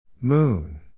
Moon